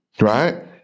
Right